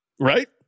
right